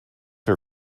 her